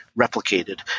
replicated